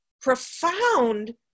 profound